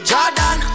Jordan